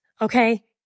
Okay